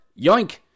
Yoink